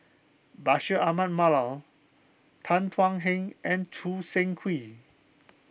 Bashir Ahmad Mallal Tan Thuan Heng and Choo Seng Quee